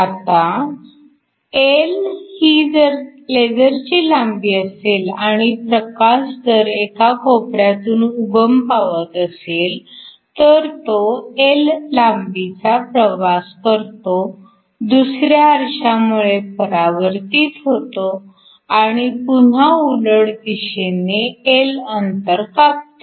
आता L ही जर लेझरची लांबी असेल आणि प्रकाश जर एका कोपऱ्यातून उगम पावत असेल तर तो L लांबीचा प्रवास करतो दुसऱ्या आरशामुळे परावर्तित होतो आणि पुन्हा उलट दिशेने L अंतर कापतो